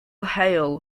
hail